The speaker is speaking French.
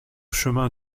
chemin